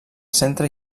centre